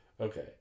Okay